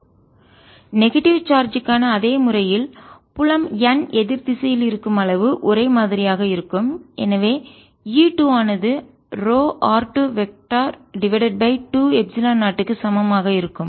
2πr1lr12l0ρ ∴E1r120 negative எதிர்மறை charge ற்கான அதே முறையில் புலம் n எதிர் திசையில் இருக்கும் அளவு ஒரே மாதிரியாக இருக்கும் எனவே E 2 ஆனது rho r2 vector divided by 2 epsilon 0 க்கு சமம் ஆக இருக்கும்